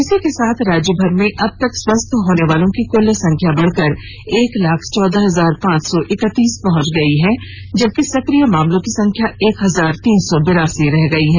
इसी के साथ राज्यभर में अब तक स्वस्थ होनेवालों की कुल संख्या बढ़कर एक लाख चौदह हजार पांच सौ इकतीस पहुंच गई है जबकि सक्रिय मामलों की संख्या एक हजार तीन सौ बिरासी रह गई है